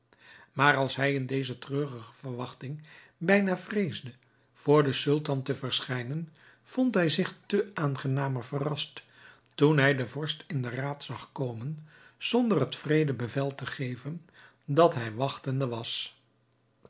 maar als hij in deze treurige verwachting bijna vreesde voor den sultan te verschijnen vond hij zich te aangenamer verrast toen hij den vorst in den raad zag komen zonder het wreede bevel te geven dat hij wachtende was